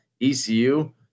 ECU